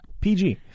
PG